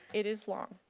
it is long.